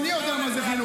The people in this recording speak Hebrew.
אני אגיד לך מה זה חינוך.